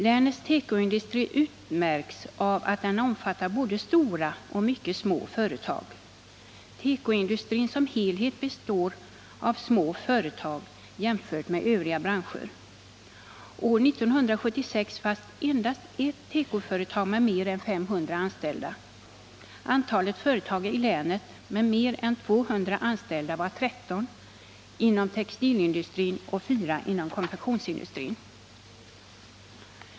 Länets tekoindustri utmärks av att den omfattar både stora och mycket små företag. Tekoindustrin som helhet består av små företag jämfört med övriga branscher. År 1976 fanns endast ett tekoföretag med mer än 500 anställda. Antalet företag i länet med mer än 200 anställda var 13 inom textilindustrin och 4 inom konfektionsindustrin.